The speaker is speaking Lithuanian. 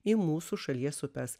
į mūsų šalies upes